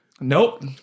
Nope